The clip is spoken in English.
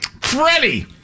Freddie